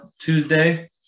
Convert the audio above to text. Tuesday